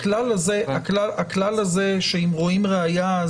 הכלל הזה שאם רואים ראיה,